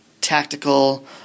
tactical